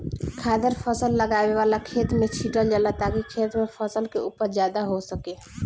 खादर फसल लगावे वाला खेत में छीटल जाला ताकि खेत में फसल के उपज ज्यादा हो सके